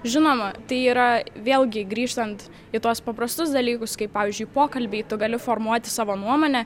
žinoma tai yra vėlgi grįžtant į tuos paprastus dalykus kaip pavyzdžiui pokalbiai tu gali formuoti savo nuomonę